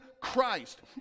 Christ